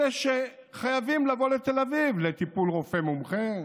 אלה שחייבים לבוא לתל אביב לטיפול רופא מומחה,